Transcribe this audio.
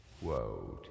Whoa